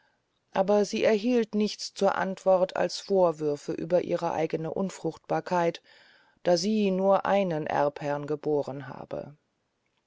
aber sie erhielt nichts zur antwort als vorwürfe über ihre eigne unfruchtbarkeit da sie nur einen erbherrn gebohren habe